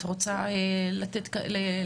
את רוצה לקבל את זכות הדיבור?